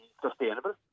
sustainable